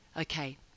Okay